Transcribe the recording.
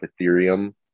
Ethereum